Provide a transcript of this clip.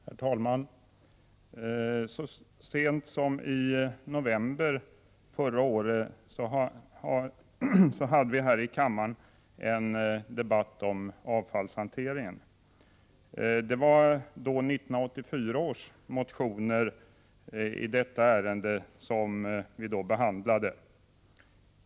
Herr talman! Så sent som i november förra året hade vi här i kammaren en debatt om avfallshantering. Det var då 1984 års motioner som behandlades.